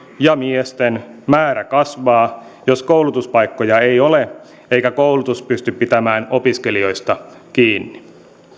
ja miesten määrä kasvaa jos koulutuspaikkoja ei ole eikä koulutus pysty pitämään opiskelijoista kiinni